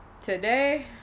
today